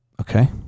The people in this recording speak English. Okay